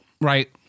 right